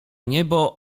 niebo